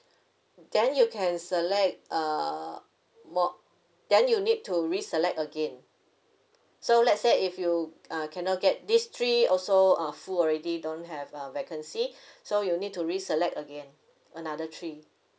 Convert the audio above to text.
then you can select err more then you need to reselect again so let's say if you err cannot get these three also err full already don't have err vacancy so you need to reselect again another three